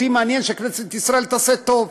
אותי מעניין שכנסת ישראל תעשה טוב.